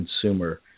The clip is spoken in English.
consumer